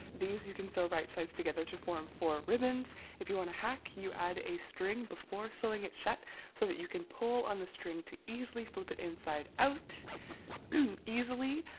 these you can sew right sides together to form four ribbons if you want a hack you you add a string before sewing it shut so that you can pull on the string to easily flip it inside out easily.